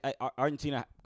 Argentina